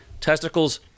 Testicles